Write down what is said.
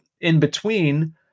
in-between